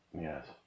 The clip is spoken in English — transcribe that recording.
Yes